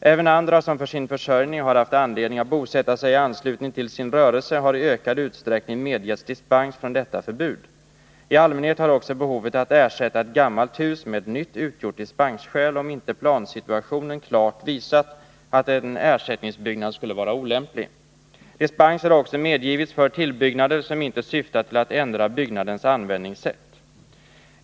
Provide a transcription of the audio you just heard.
Även andra som för sin försörjning har haft anledning att bosätta sig i anslutning till sin rörelse har i ökad utsträckning medgetts dispens från detta förbud. I allmänhet har också behovet att ersätta ett gammalt hus med ett nytt utgjort dispensskäl, om inte plansituationen klart visat att en ersättningsbyggnad skulle vara olämplig. Dispenser har också medgivits för tillbyggnader som inte syftat till att ändra byggnadens användningssätt.